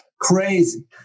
crazy